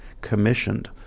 commissioned